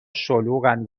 شلوغن